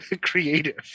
creative